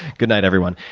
good night everyone.